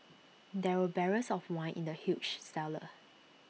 there were barrels of wine in the huge cellar